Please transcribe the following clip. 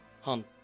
Hunt